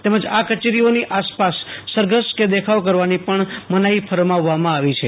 તેમજ આ કચેરીઓની આસપાસ કે સરધસ કે દેખાવ કરવાની પણ મનાઈ ફરમાવવામાં આવી છે